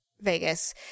Vegas